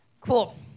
Cool